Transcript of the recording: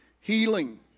healing